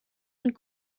und